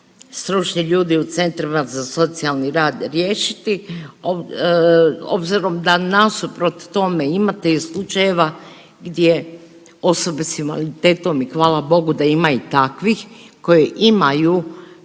stručni ljudi u centrima za socijalni rad riješiti obzirom da nasuprot tome imate i slučajeva gdje osobe s invaliditetom i hvala Bogu da ima i takvih koje imaju,